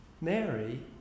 Mary